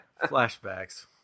Flashbacks